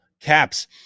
caps